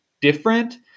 different